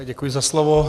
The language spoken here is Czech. Děkuji za slovo.